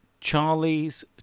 Charlie's